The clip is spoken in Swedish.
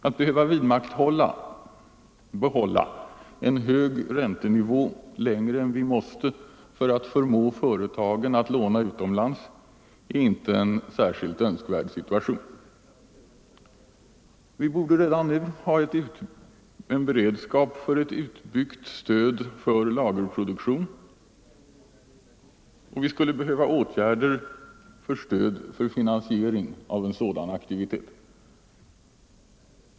Att behöva bibehålla en hög räntenivå för att förmå företagen att låna utomlands är inte en särskilt önskvärd situation. Vi borde redan nu ha en beredskap för ett utbyggt stöd för lagerproduktion, och vi skulle behöva åtgärder för stöd till finansiering av en sådan aktivitet.